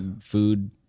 food